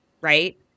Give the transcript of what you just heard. right